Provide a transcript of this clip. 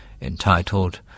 entitled